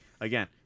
again